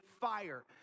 fire